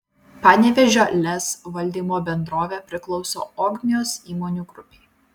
panevėžio lez valdymo bendrovė priklauso ogmios įmonių grupei